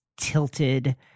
tilted